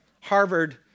Harvard